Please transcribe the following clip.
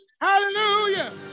Hallelujah